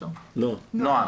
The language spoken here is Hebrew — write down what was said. נעה,